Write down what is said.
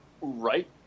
right